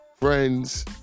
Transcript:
friends